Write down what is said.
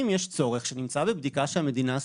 אם יש צורך שנמצא בבדיקה שהמדינה עשתה,